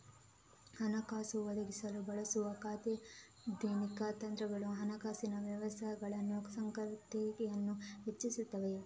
ಹಣಕಾಸು ಒದಗಿಸಲು ಬಳಸುವ ಅತ್ಯಾಧುನಿಕ ತಂತ್ರಗಳು ಹಣಕಾಸಿನ ಸಮಸ್ಯೆಗಳ ಸಂಕೀರ್ಣತೆಯನ್ನು ಹೆಚ್ಚಿಸುತ್ತವೆ